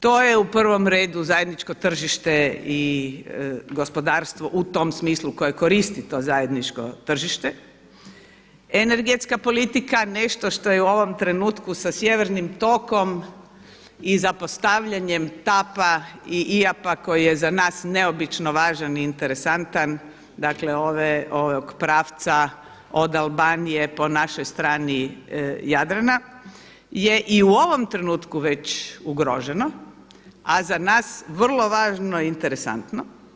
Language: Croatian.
To je u prvom redu zajedničko tržište i gospodarstvo u tom smislu koje koristi to zajedničko tržište, energetska politika, nešto što je u ovom trenutku sa sjevernim tokom i zapostavljanjem TAP-a i IAP-a koji je za nas neobično važan i interesantan, dakle ovog pravca od Albanije po našoj strani Jadrana je i u ovom trenutku već ugroženo a za nas vrlo važno i interesantno.